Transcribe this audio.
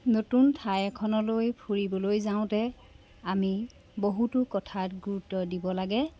নতুন ঠাই এখনলৈ ফুৰিবলৈ যাওঁতে আমি বহুতো কথাত গুৰুত্ব দিব লাগে